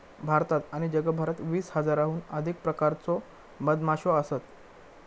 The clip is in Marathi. भारतात आणि जगभरात वीस हजाराहून अधिक प्रकारच्यो मधमाश्यो असत